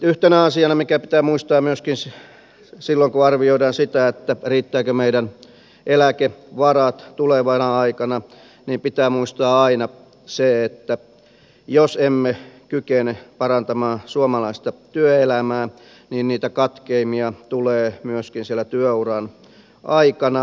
yksi asia mikä myöskin pitää aina muistaa silloin kun arvioidaan riittävätkö meidän eläkevaramme tulevana aikana on se että jos emme kykene parantamaan suomalaista työelämää niin niitä katkeamia tulee myöskin siellä työuran aikana